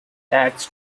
adds